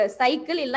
cycle